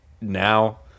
now